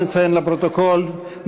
נציין לפרוטוקול,